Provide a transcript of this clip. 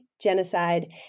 genocide